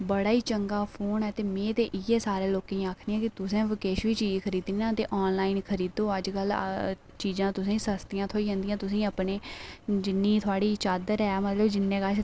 ते बड़ा ई चंगा फोन ऐ ते में इयै सारें लोकें गी आक्खनी आं कि किश बी चीज़ खरीदनी होऐ ते ऑनलाइन खरीदो चीज़ां सस्तियां थ्होई जंदियां तुसें गी अपनी जिन्नी मतलब थुआढ़ी चादर ऐ अपनी